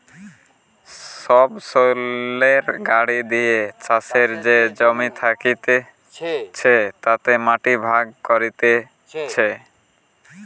সবসৈলের গাড়ি দিয়ে চাষের যে জমি থাকতিছে তাতে মাটি ভাগ করতিছে